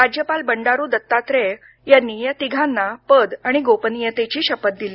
राज्यपाल बंडारू दत्तात्रेय यांनी या तिघांना पद आणि गोपनीयतेची शपथ दिली